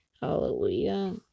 Hallelujah